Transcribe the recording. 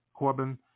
Corbyn